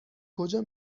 کجا